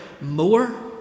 more